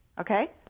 okay